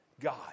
god